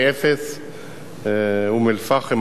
אום-אל-פחם,